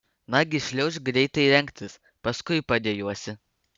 nagi šliaužk greitai rengtis paskui padejuosi